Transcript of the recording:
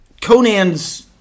Conan's